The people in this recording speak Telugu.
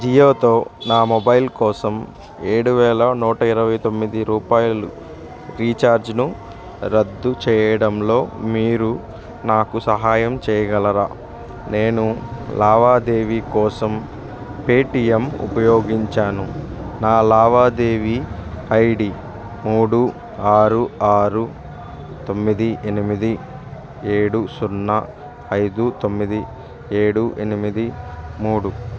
జియోతో నా మొబైల్ కోసం ఏడు వేల నూట ఇరవై తొమ్మిది రూపాయలు రీఛార్జ్ను రద్దు చేయడంలో మీరు నాకు సహాయం చేయగలరా నేను లావాదేవీ కోసం పేటీఎం ఉపయోగించాను నా లావాదేవీ ఐ డీ మూడు ఆరు ఆరు తొమ్మిది ఎనిమిది ఏడు సున్నా ఐదు తొమ్మిది ఏడు ఎనిమిది మూడు